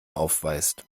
aufweist